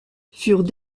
furent